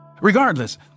Regardless